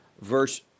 verse